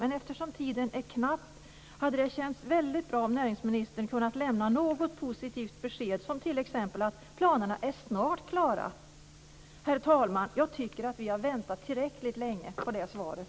Men eftersom tiden är knapp hade det känts väldigt bra om näringsministern kunnat lämna ett positivt besked, t.ex. att planerna snart är klara. Herr talman! Jag tycker att vi har väntat tillräckligt länge på det svaret.